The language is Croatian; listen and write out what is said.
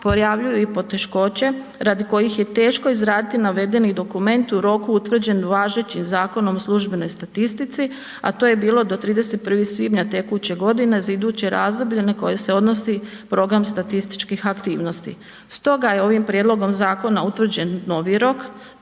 pojavljuju i poteškoće radi kojih je teško izraditi navedeni dokument u roku utvrđen važećim Zakonom o službenoj statistici, a to je bilo do 31. svibnja tekuće godine za iduće razdoblje na koje se odnosi program statističkih aktivnosti. Stoga, je ovim prijedlogom zakona utvrđen novi rok,